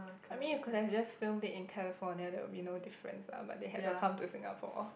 I mean you could have just filmed it in California there will be no difference lah but they had to come to Singapore